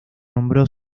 nombró